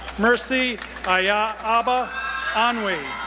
mercy ayaba anwi,